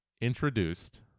introduced